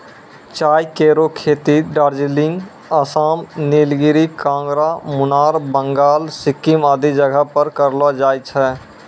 चाय केरो खेती दार्जिलिंग, आसाम, नीलगिरी, कांगड़ा, मुनार, बंगाल, सिक्किम आदि जगह पर करलो जाय छै